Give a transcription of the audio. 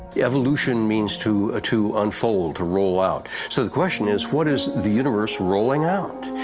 evolution means to ah to unfold, to roll out. so the question is what is the universe rolling out?